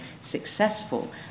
successful